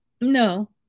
no